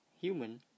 human